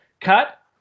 cut